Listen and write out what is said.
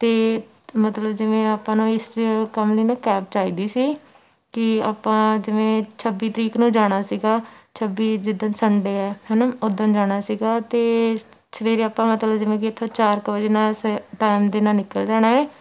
ਅਤੇ ਮਤਲਬ ਜਿਵੇਂ ਆਪਾਂ ਨੂੰ ਇਸ ਕੰਮ ਲਈ ਨਾ ਕੈਬ ਚਾਹੀਦੀ ਸੀ ਕਿ ਆਪਾਂ ਜਿਵੇਂ ਛੱਬੀ ਤਰੀਕ ਨੂੰ ਜਾਣਾ ਸੀਗਾ ਛੱਬੀ ਜਿੱਦਣ ਸੰਡੇ ਹੈ ਹਨਾ ਉੱਦਣ ਜਾਣਾ ਸੀਗਾ ਅਤੇ ਸਵੇਰੇ ਆਪਾਂ ਮਤਲਬ ਜਿਵੇਂ ਕਿ ਇੱਥੋਂ ਚਾਰ ਕੁ ਵਜੇ ਨਾ ਸ ਟਾਇਮ ਦੇ ਨਾਲ ਨਿਕਲ ਜਾਣਾ ਹੈ